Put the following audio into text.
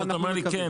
לנו סך הכל